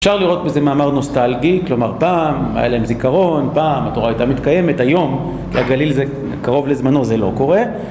אפשר לראות בזה מאמר נוסטלגי, כלומר פעם היה להם זיכרון, פעם התורה הייתה מתקיימת, היום כי הגליל זה קרוב לזמנו זה לא קורה